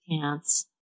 pants